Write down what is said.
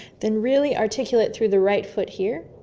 then really articulate through the right foot, here.